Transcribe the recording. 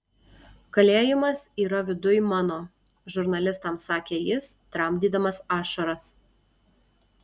kalėjimas yra viduj mano žurnalistams sakė jis tramdydamas ašaras